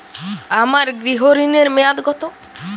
আমার গৃহ ঋণের মেয়াদ কত?